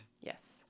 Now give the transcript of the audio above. yes